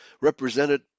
represented